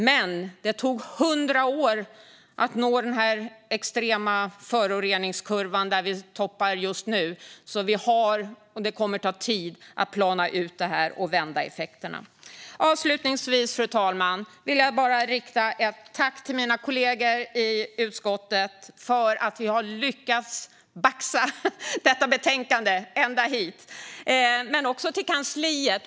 Men det tog hundra år att nå den extrema topp på föroreningskurvan där vi befinner oss nu, så det kommer att ta tid att plana ut detta och vända effekterna. Avslutningsvis, fru talman, vill jag rikta ett tack till mina kollegor i utskottet för att vi har lyckats baxa detta betänkande ända hit, men jag vill också tacka kansliet.